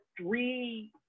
three